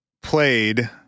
played